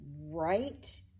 right